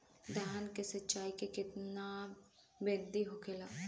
धान की सिंचाई की कितना बिदी होखेला?